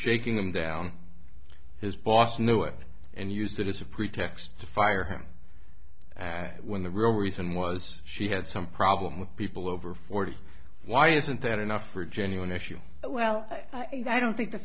shaking them down his boss knew it and used it as a pretext to fire him when the real reason was she had some problem with people over forty why isn't that enough for a genuine issue well i don't think the